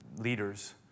leaders